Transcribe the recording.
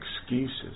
excuses